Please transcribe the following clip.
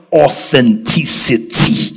authenticity